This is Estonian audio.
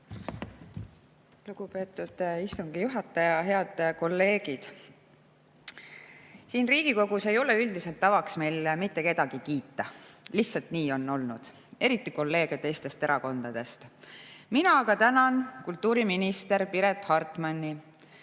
Lugupeetud istungi juhataja! Head kolleegid! Siin Riigikogus ei ole üldiselt tavaks meil kedagi kiita, lihtsalt nii on olnud, eriti kolleege teistest erakondadest. Mina aga tänan kultuuriminister Piret Hartmanni.